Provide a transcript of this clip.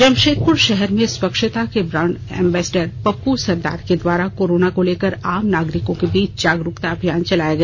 जमशेदपुर शहर में स्वच्छता के ब्रांड एम्बेसडर पप्पू सरदार के द्वारा कोरोना को लेकर आम नागरिकों के बीच जागरूकता अभियान चलाया गया